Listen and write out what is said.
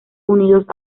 unidos